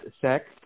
sex